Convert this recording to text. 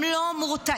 הם לא מורתעים.